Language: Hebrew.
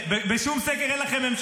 אלי,